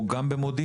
הוא גם במודיעין?